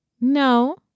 No